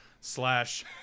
slash